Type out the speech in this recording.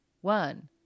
one